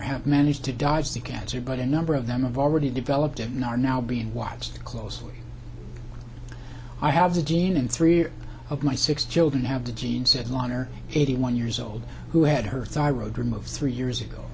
have managed to dodge the cancer but a number of them of already developed and are now being watched closely i have the gene and three of my six children have the genes said lawn are eighty one years old who had her thyroid removed three years ago